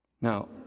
Now